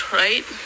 right